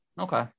Okay